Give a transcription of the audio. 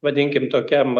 vadinkim tokiam